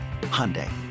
Hyundai